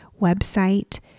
website